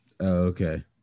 okay